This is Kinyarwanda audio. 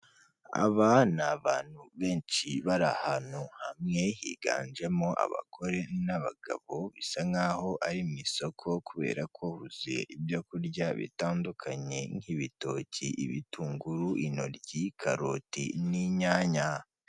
Aba ni abantu benshi bari ahantu hamwe, higanjemo abagore n'abagabo, bisa nk'aho ari mu isoko, kubera ko huzuye ibyo kurya bitandukanye nk'ibitoki, ibitunguru, intoryi, karoti n'inyanya.